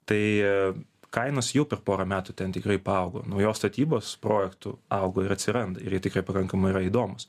tai kainos jau per porą metų ten tikrai paaugo naujos statybos projektų augo ir atsiranda ir jie tikrai pakankamai yra įdomūs